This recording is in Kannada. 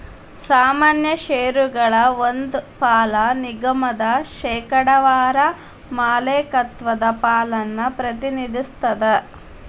ಸಾಮಾನ್ಯ ಷೇರಗಳ ಒಂದ್ ಪಾಲ ನಿಗಮದ ಶೇಕಡಾವಾರ ಮಾಲೇಕತ್ವದ ಪಾಲನ್ನ ಪ್ರತಿನಿಧಿಸ್ತದ